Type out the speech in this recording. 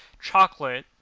chocolate,